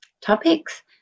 topics